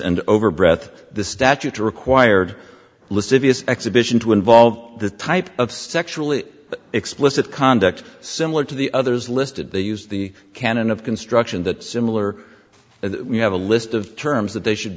and over breath the statute required list of u s exhibition to involve the type of sexually explicit conduct similar to the others listed they use the canon of construction that similar if you have a list of terms that they should